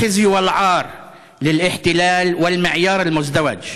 חרפה וקלון לכיבוש ולמוסר הכפול.)